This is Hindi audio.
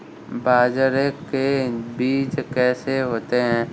बाजरे के बीज कैसे होते हैं?